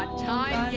ah time